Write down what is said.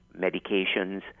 medications